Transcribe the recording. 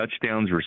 touchdowns